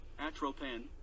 atropine